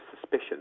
suspicion